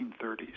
1930s